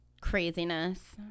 craziness